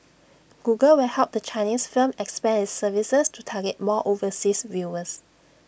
Google will help the Chinese firm expand its services to target more overseas viewers